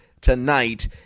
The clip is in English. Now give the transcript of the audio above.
tonight